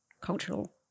cultural